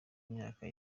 imyaka